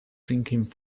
drinking